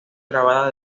grabada